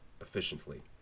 efficiently